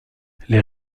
les